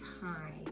time